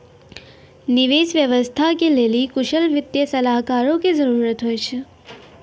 निवेश व्यवस्था के लेली कुशल वित्तीय सलाहकारो के जरुरत होय छै